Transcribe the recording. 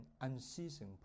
unceasing